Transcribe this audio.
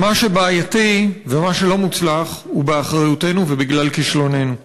ומה שבעייתי ומה שלא מוצלח הוא באחריותנו ובגלל כישלוננו.